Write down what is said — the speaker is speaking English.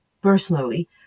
personally